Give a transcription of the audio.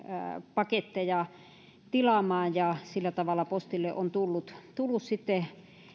paketteja tilaamaan ja sillä tavalla postille on tullut tullut sitten